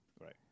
right